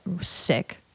sick